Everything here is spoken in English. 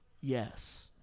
Yes